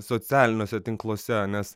socialiniuose tinkluose nes